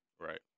Right